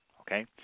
okay